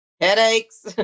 headaches